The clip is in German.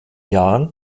jahren